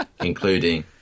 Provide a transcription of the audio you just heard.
including